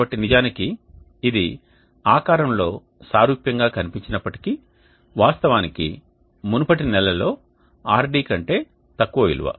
కాబట్టి ఇది నిజానికి ఆకారంలో సారూప్యంగా కనిపించినప్పటికీ ఇది వాస్తవానికి మునుపటి నెల ల్లో Rd కంటే తక్కువ విలువ